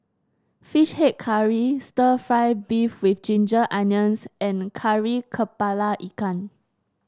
fish head curry stir fry beef with Ginger Onions and Kari kepala Ikan